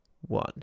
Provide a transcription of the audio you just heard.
one